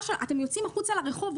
אתם יוצאים החוצה לרחוב,